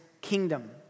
kingdom